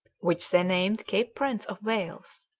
which they named cape prince of wales.